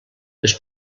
les